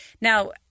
Now